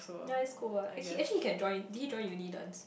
ya it's good what eh he actually can join did he join uni dance